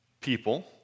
people